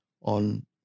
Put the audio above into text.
on